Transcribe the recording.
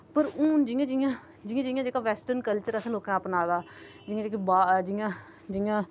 पर हून जियां जियां जियां जियां जेह्का वैसटर्न कल्चर असें लोकें अपनां दा जियां जेह्के बा जियां जियां